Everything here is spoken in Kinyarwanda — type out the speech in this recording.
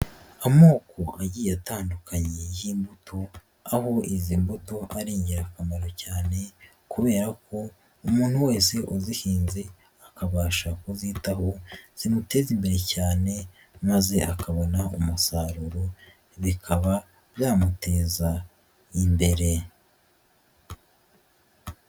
Amoko agiye atandukanye y'imbuto, aho izi mbuto ari ingirakamaro cyane kubera ko umuntu wese uzihinze akabasha kubyitaho, zimutera imbere cyane maze akabona umusaruro, bikaba byamuteza imbere.